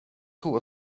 tror